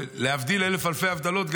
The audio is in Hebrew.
להבדיל אלף אלפי הבדלות,